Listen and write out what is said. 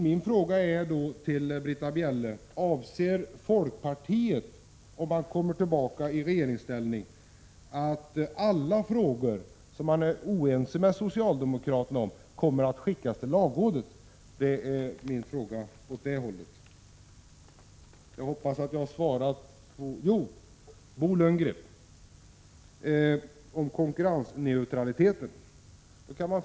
Min fråga är till Britta Bjelle: Om folkpartiet kommer tillbaka i regeringsställning, avser man att skicka alla frågor som man är oense med socialdemokraterna om till lagrådet? Vad är konkurrensneutralitet, Bo Lundgren?